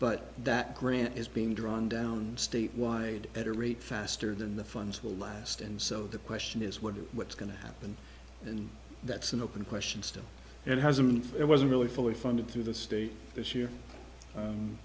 but that grant is being drawn down statewide at a rate faster than the funds will last and so the question is what do what's going to happen and that's an open question still and hasn't it wasn't really fully funded through the state this year